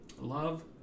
Love